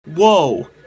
whoa